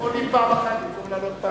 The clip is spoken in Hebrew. עולים פעם אחת במקום לעלות פעמיים.